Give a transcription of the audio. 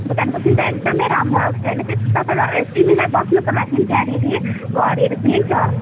भुटानको सिन त एकदमै राम्रो आउँछ हैन तपाईँलाई ए तिमीलाई बस्नुको लागि त्यहाँनेरि घरहरू पनि छ